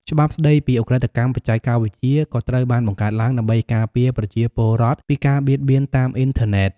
ច្បាប់ស្ដីពីឧក្រិដ្ឋកម្មបច្ចេកវិទ្យាក៏ត្រូវបានបង្កើតឡើងដើម្បីការពារប្រជាពលរដ្ឋពីការបៀតបៀនតាមអ៊ីនធឺណិត។